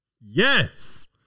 Yes